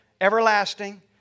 Everlasting